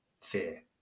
fear